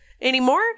anymore